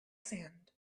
sand